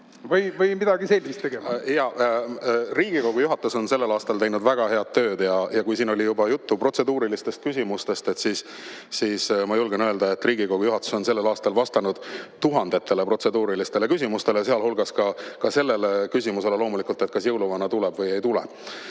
või midagi sellist tegema. Jaa. Riigikogu juhatus on sellel aastal teinud väga head tööd. Ja kuna siin oli juba juttu protseduurilistest küsimustest, siis ma julgen öelda, et Riigikogu juhatus on sellel aastal vastanud tuhandetele protseduurilistele küsimustele, sealhulgas sellele küsimusele, loomulikult, kas jõuluvana tuleb või ei tule.